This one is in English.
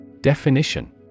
Definition